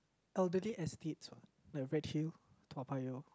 elderly estates what like redhill Toa-Payoh